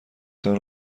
تان